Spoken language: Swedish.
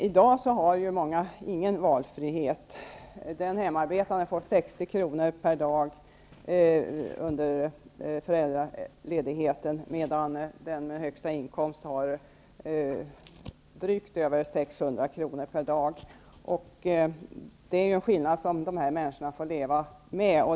I dag har många ingen valfrihet. Den hemarbetande får 60 kr. per dag under föräldraledigheten, medan den med högsta inkomst har drygt 600 kr. per dag. Det är en skillnad som de här människorna får leva med.